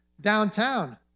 downtown